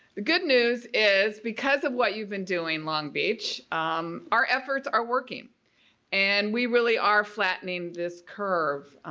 the good news is because of what you've been doing long beach our efforts are working and we really are flattening this curve.